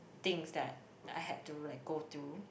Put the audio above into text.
things that I had to like go through